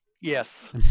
Yes